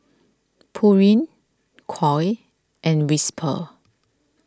Pureen Koi and Whisper